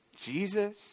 Jesus